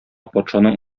патшаның